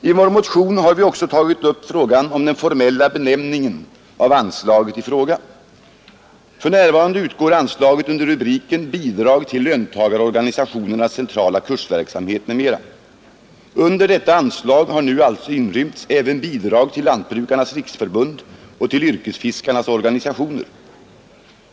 I vår motion har vi också tagit upp frågan om den formella benämningen av anslaget. För närvarande utgår anslaget under rubriken Bidrag till löntagarorganisationernas centrala kursverksamhet m.m. Under detta anslag har nu alltså inrymts även bidrag till Lantbrukarnas riksförbund och till yrkesfiskarnas organisationer.